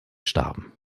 starben